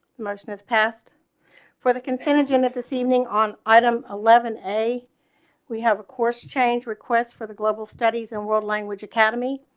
motion is passed for the contingent at this evening on item eleven am, a we have a course change request for the global studies and world language academy,